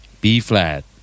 B-flat